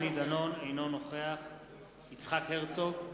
אינו נוכח יצחק הרצוג,